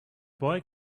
boy